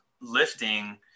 lifting